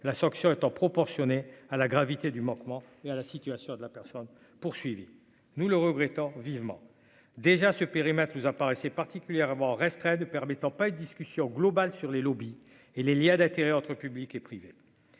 la sanction étant proportionnée à la gravité du manquement et à la situation de la personne poursuivie, nous le regrettons vivement déjà ce périmètre nous apparaissait particulièrement resterait ne permettant pas une discussion globale sur les lobbies et les Liad atterré entre public et privé,